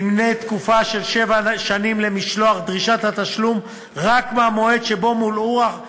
תימנה תקופת שבע השנים למשלוח דרישת התשלום רק מהמועד שבו מולאה החובה,